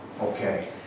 Okay